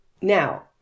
Now